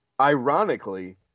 ironically